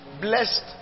blessed